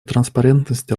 транспарентности